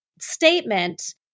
statement